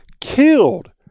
killed